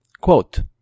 Quote